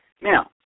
Now